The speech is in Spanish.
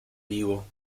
vivo